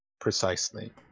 precisely